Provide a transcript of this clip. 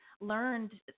learned